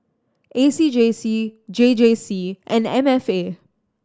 A C J C J J C and M F A